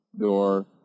door